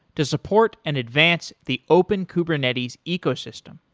to support and advance the open kubernetes ecosystem.